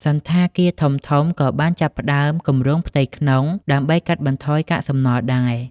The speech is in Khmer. សណ្ឋាគារធំៗក៏បានចាប់ផ្តើមគម្រោងផ្ទៃក្នុង ដើម្បីកាត់បន្ថយកាកសំណល់ដែរ។